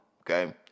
okay